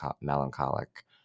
melancholic